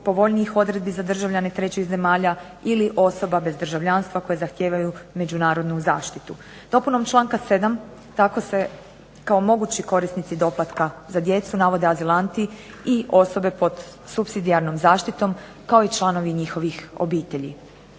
povoljnijih odredbi za državljane trećih zemalja ili osobe bez državljanstva koje zahtijevaju međunarodnu zaštitu. Dopunom članka 7. tako se kao mogući korisnici doplatka za djecu navode azilanti i osobe pod supsidijarnom zaštitom kao i članovi njihovih obitelji.